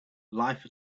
life